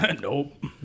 Nope